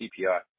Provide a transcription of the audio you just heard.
CPI